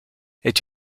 est